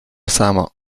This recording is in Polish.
samo